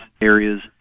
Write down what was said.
areas